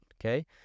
okay